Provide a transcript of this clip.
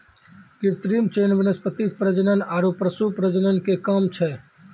कृत्रिम चयन वनस्पति प्रजनन आरु पशु प्रजनन के काम छै